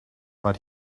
but